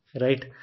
right